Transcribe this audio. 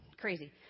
crazy